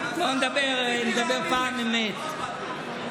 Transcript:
בוא נדבר פעם עם, ניסיתי להאמין לך, לא הלך לי.